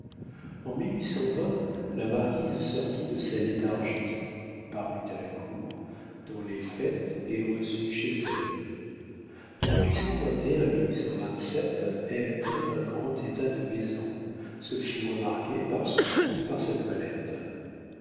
en la marquise sortit de sa léthargie parut à la cour dans les fêtes et reçut chez elle de à elle tint un grand état de maison se fit remarquer par son goût et par sa toilette